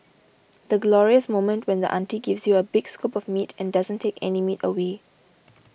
the glorious moment when the auntie gives you a big scoop of meat and doesn't take any meat away